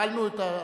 החלנו,